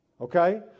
Okay